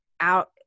out